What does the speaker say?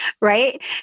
Right